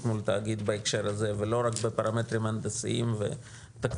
מול תאגיד בהקשר הזה ולא רק בפרמטרים הנדסיים ותקציביים,